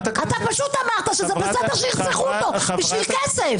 אתה פשוט אמרת שזה בסדר שירצחו אותם בשביל כסף.